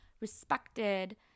respected